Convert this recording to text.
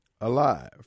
alive